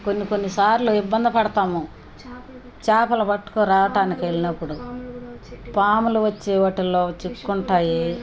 కొన్ని కొన్ని సార్లు ఇబ్బంది పడతాము చేపలు పట్టుకు రావటానికి వెళ్లినప్పుడు పాములు వచ్చి వాటిలో చిక్కుకుంటాయి